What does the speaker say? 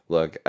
Look